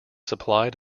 supplied